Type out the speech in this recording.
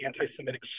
anti-Semitic